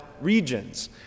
regions